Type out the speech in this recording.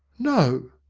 no!